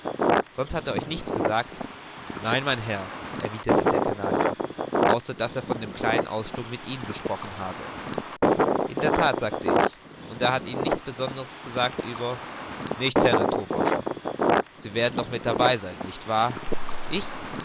sonst hat er euch nichts gesagt nein mein herr erwiderte der canadier außer daß er von dem kleinen ausflug mit ihnen gesprochen habe in der that sagte ich und er hat ihnen nichts besonderes gesagt über nichts herr naturforscher sie werden doch mit dabei sein nicht wahr ich